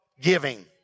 giving